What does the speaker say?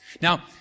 Now